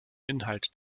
inhalt